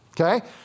okay